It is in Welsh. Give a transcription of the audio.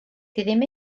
ddim